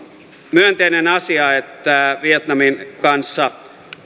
myönteinen asia että vietnamin kanssa